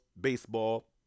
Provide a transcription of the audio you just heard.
baseball